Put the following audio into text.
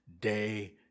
day